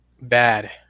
Bad